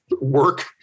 work